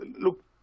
look